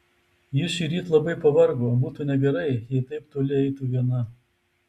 ji šįryt labai pavargo būtų negerai jei taip toli eitų viena